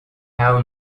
have